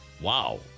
Wow